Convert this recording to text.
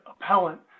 appellant